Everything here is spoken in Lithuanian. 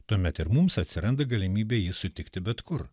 tuomet ir mums atsiranda galimybė jį sutikti bet kur